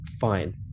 fine